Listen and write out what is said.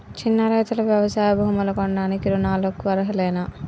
చిన్న రైతులు వ్యవసాయ భూములు కొనడానికి రుణాలకు అర్హులేనా?